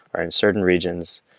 or in certain regions.